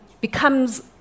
becomes